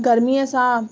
गर्मीअ सां